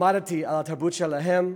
למדתי על התרבות שלהם,